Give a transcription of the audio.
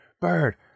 Bird